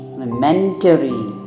momentary